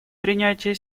принятия